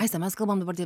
aiste mes kalbam dabar tie